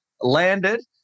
landed